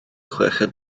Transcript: chweched